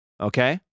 Okay